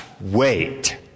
wait